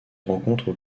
rencontrent